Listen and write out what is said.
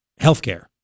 healthcare